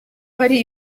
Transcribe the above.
hari